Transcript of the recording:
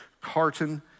Carton